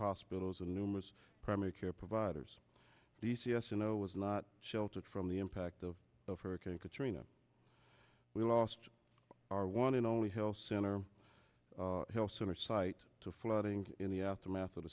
hospitals and numerous primary care providers d c s you know was not sheltered from the impact of hurricane katrina we lost our one and only health center health center site to flooding in the aftermath of the